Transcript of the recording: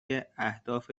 اهداف